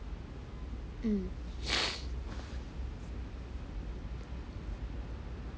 mm